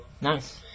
nice